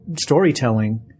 storytelling